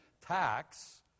tax